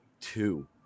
two